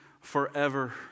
forever